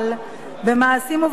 במעשים ובנתינה,